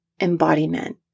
embodiment